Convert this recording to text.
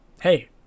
hey